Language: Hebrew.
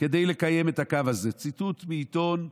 כדי לקיים את הקו הזה" ציטוט מעיתון הארץ.